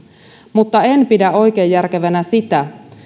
mutta en pidä oikein järkevänä sitä